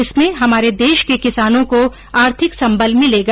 इसमें हमारे देश के किसानों को आर्थिक संबल मिलेगा